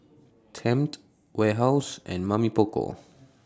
Tempt Warehouse and Mamy Poko